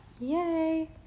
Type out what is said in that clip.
yay